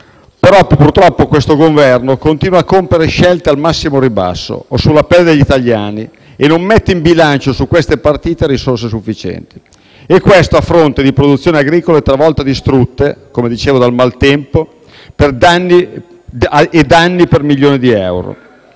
non ci sono. Questo Governo continua, purtroppo, a compiere scelte al massimo ribasso o sulla pelle degli italiani e non mette in bilancio su queste partite risorse sufficienti. Questo a fronte di produzioni agricole talvolta distrutte, come dicevo, dal maltempo e a danni per milioni di euro.